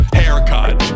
haircut